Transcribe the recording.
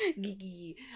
Gigi